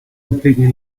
completely